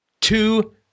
two